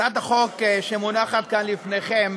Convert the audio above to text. הצעת החוק שמונחת כאן לפניכם